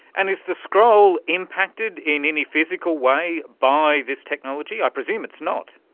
and is the scroll impacted in any physical way by this technology? i presume it's not.